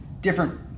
different